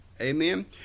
Amen